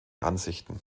ansichten